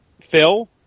Phil